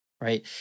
Right